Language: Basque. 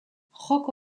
joko